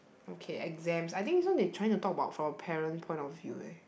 okay exams I think this one is trying to talk about for parent point of view eh